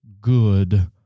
good